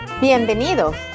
Bienvenidos